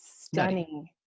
stunning